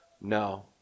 No